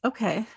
Okay